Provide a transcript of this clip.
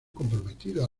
comprometido